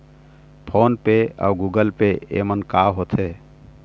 Phone पे अउ Google Pay येमन का होते?